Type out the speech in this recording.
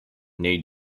new